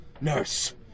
Nurse